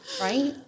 right